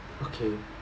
okay